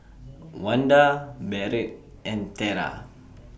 Wanda Barrett and Tera